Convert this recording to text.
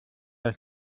der